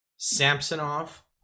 Samsonov